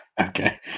Okay